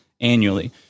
annually